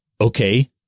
Okay